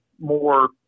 more